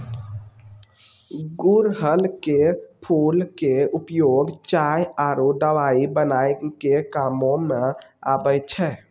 गुड़हल के फूल के उपयोग चाय आरो दवाई बनाय के कामों म आबै छै